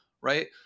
right